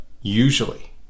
usually